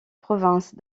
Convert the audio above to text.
provinces